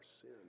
sin